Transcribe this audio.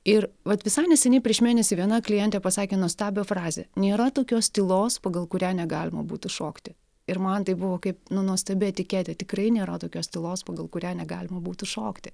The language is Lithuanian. ir vat visai neseniai prieš mėnesį viena klientė pasakė nuostabią frazę nėra tokios tylos pagal kurią negalima būtų šokti ir man tai buvo kaip nu nuostabi etiketė tikrai nėra tokios tylos pagal kurią negalima būtų šokti